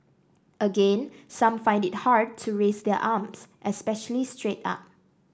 again some find it hard to raise their arms especially straight up